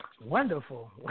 Wonderful